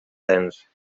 dens